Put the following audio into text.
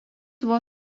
buvo